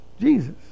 Jesus